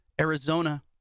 Arizona